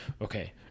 Okay